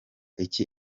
iki